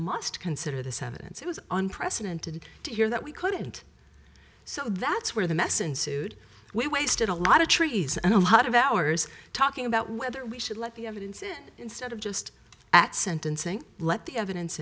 must consider this evidence it was unprecedented to hear that we couldn't so that's where the mess and sued we wasted a lot of trees and a lot of hours talking about whether we should let the evidence in instead of just at sentencing let the evidence